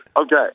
okay